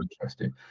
interesting